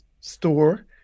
store